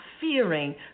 fearing